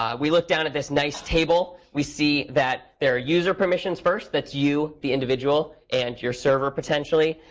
um we look down at this nice table. we see that there are user permissions first. that's you, the individual, and your server, potentially.